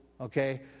okay